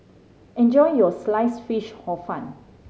enjoy your slice fish Hor Fun